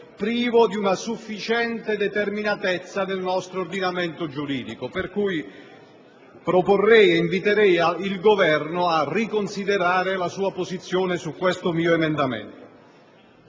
privo di una sufficiente determinatezza nel nostro ordinamento giuridico. Per tale ragione inviterei il Governo a riconsiderare la sua posizione su questo mio emendamento.